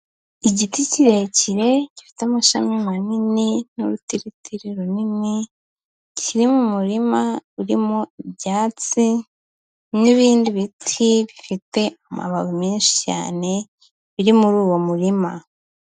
Igiti kirekire gifite amashami manini n'urutiritiri runini, kiri mu muririma urimo ibyatsi n'ibindi biti bifite amababi menshi cyane biri muri uwo murima.